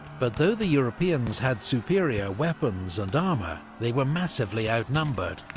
but though the europeans had superior weapons and armour, they were massively outnumbered.